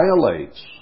violates